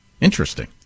Interesting